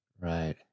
Right